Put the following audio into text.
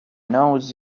knows